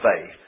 faith